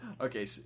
okay